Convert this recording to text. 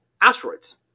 asteroids